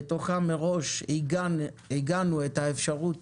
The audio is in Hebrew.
בתוכה מראש עיגנו את האפשרות